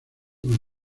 con